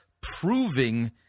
proving